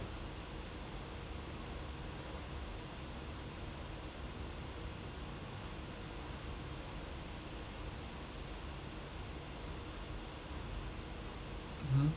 mmhmm okay